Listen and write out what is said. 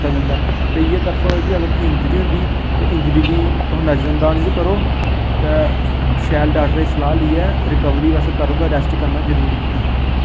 जंदा ऐ ते इ'यै तरफा इ'यै अगर तुसें गी इंजरी होंदी ते इंजरी दी तुस नज़रअंदाज़ निं करो ते शैल डॉक्टरै सलाह् लेइयै रिकवरी आस्तै करो ते रेस्ट करना जरूरी ऐ